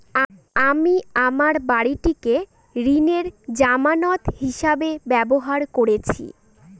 আমি আমার বাড়িটিকে ঋণের জামানত হিসাবে ব্যবহার করেছি